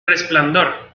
resplandor